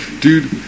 Dude